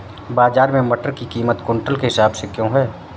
बाजार में मटर की कीमत क्विंटल के हिसाब से क्यो है?